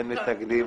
אין נמנעים,